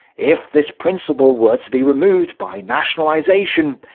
if this principle were to be removed by nationalization,